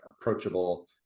approachable